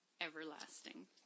everlasting